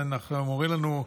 אומרים לנו: